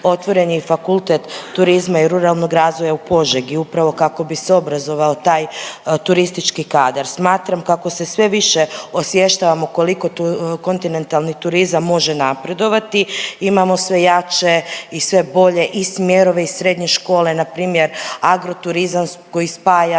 otvoren je i Fakultet turizma i ruralnog razvoja u Požegi, upravo kako bi se obrazovao taj turistički kadar. Smatram kako se sve više osvještavamo koliko kontinentalni turizam može napredovati, imamo sve jače i sve bolje i smjerove i srednje škole, npr. agroturizam koji spaja